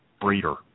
breeder